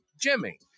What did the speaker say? Jimmy